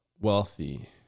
wealthy